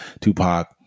Tupac